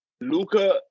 Luca